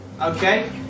okay